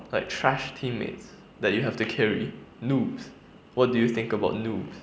like trash teammates that you have to carry noobs what do you think about noobs